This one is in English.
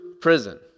prison